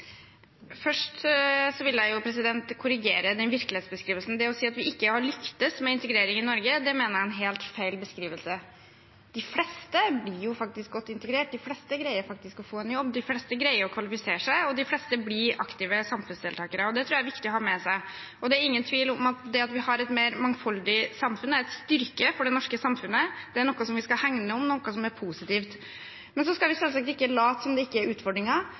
vil jeg korrigere den virkelighetsbeskrivelsen. Det å si at vi ikke har lyktes med integrering i Norge, mener jeg er en helt feil beskrivelse. De fleste blir faktisk godt integrert, de fleste greier faktisk å få en jobb, de fleste greier å kvalifisere seg, og de fleste blir aktive samfunnsdeltakere. Det tror jeg er viktig å ha med seg. Det er ingen tvil om at det at vi har et mer mangfoldig samfunn, er en styrke for det norske samfunnet. Det er noe vi skal hegne om, noe som er positivt. Men vi skal selvsagt ikke late som om det ikke er utfordringer,